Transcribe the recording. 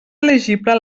elegible